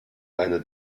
eine